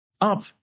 up